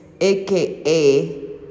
AKA